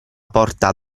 porta